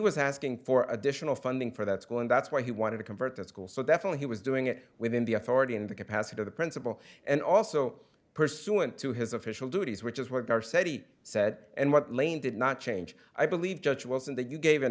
was asking for additional funding for that school and that's why he wanted to convert that's cool so definitely he was doing it within the authority in the capacity of the principal and also pursuant to his official duties which is what our city said and what lane did not change i believe judge wilson that you gave an